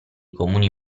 comuni